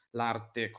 l'arte